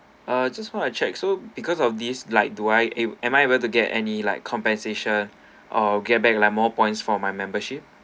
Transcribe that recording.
ah just want to check so because of this like do I am I able to get any like compensation or get back like more points for my membership